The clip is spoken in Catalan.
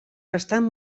bastant